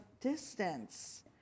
distance